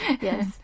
Yes